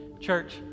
Church